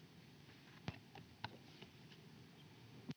Kiitos.